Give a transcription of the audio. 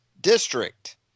district